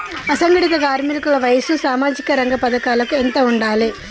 అసంఘటిత కార్మికుల వయసు సామాజిక రంగ పథకాలకు ఎంత ఉండాలే?